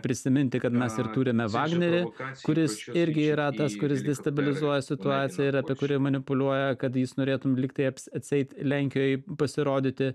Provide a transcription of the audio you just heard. prisiminti kad mes ir turime vagnerį kuris irgi yra tas kuris destabilizuoja situaciją ir apie kuri manipuliuoja kad jis norėtum lygtai apsieit lenkijoj pasirodyti